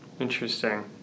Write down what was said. Interesting